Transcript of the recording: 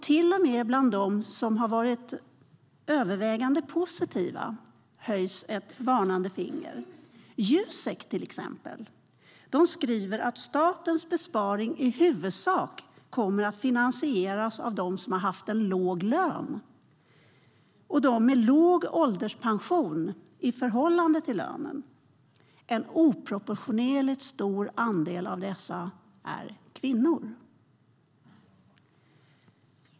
Till och med bland dem som har varit övervägande positiva höjs ett varnande finger. Jusek till exempel skriver att statens besparing i huvudsak kommer att finansieras av dem som har haft låg lön och av dem med låg ålderspension i förhållande till lönen. En oproportionerligt stor andel av dessa är kvinnor.